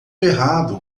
errado